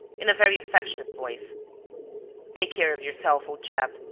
in a very affectionate voice take care of yourself, old chap.